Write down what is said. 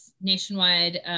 nationwide